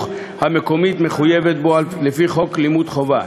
המקומית מחויבת בו לפי חוק לימוד חובה,